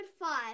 five